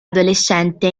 adolescente